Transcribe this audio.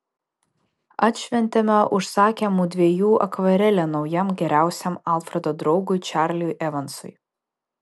atšventėme užsakę mudviejų akvarelę naujam geriausiam alfredo draugui čarliui evansui